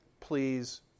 please